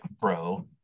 bro